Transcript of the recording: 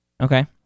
Okay